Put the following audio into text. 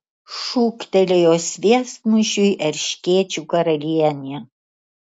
šūktelėjo sviestmušiui erškėčių karalienė